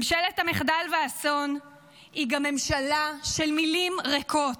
ממשלת המחדל והאסון היא גם ממשלה של מילים ריקות,